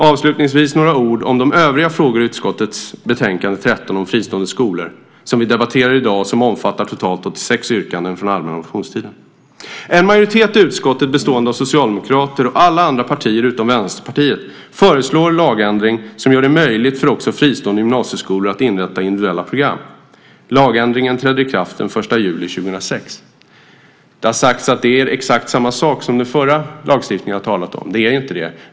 Avslutningsvis ska jag säga några ord om de övriga frågorna i utskottets betänkande 13 om fristående skolor som vi debatterar i dag och som omfattar totalt 86 yrkanden från allmänna motionstiden. En majoritet i utskottet bestående av Socialdemokraterna och alla andra partier utom Vänsterpartiet föreslår en lagändring som gör det möjligt för också fristående gymnasieskolor att inrätta individuella program. Lagändringen träder i kraft den 1 juli 2006. Det har sagts att det är exakt samma sak som det har talats om när det gäller den förra lagstiftningen. Det är inte det.